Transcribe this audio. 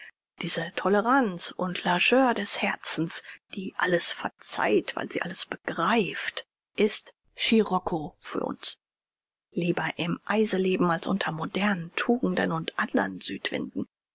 diese toleranz und largeur des herzens die alles verzeiht weil sie alles begreift ist scirocco für uns lieber im eise leben als unter modernen tugenden und andern südwinden